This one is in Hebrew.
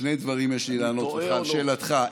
שני דברים יש לי לענות לך על שאלתך.